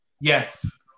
Yes